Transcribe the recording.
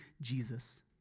Jesus